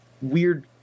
weird